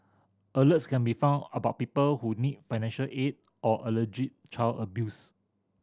alerts can be about people who need financial aid or allergy child abuse